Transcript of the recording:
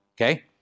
Okay